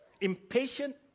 impatient